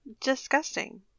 disgusting